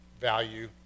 value